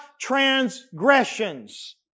transgressions